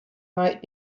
might